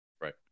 Right